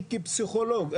אני כפסיכולוג,